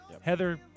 Heather